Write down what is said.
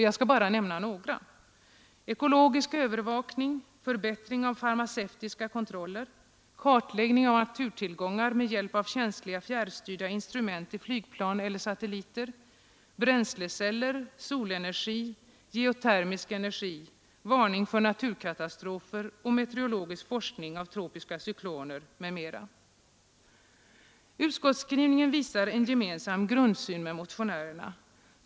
Jag skall här nämna bara några: ekologisk övervakning, förbättring av farmacevtiska kontroller, kartläggning av naturtillgångar med hjälp av känsliga fjärrstyrda instrument i flygplan eller satelliter, bränsleceller, solenergi, geotermisk energi, varning för naturkatastrofer och meteorologisk forskning om tropiska cykloner m.m. Utskottets skrivning visar en grundsyn som är densamma som motionärernas.